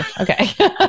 Okay